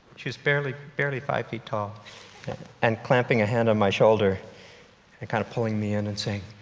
she's barely barely five feet tall and clamping a hand on my shoulder and kind of pulling me and and saying,